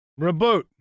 reboot